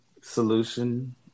solution